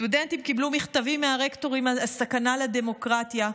סטודנטים קיבלו מכתבים מהרקטורים על הסכנה לדמוקרטיה,